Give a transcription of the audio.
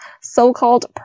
so-called